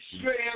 straight